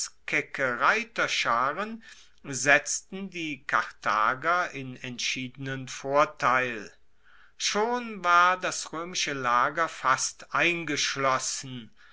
kecke reiterscharen setzten die karthager in entschiedenen vorteil schon war das roemische lager fast eingeschlossen